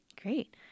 Great